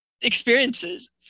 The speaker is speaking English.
experiences